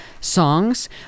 songs